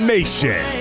Nation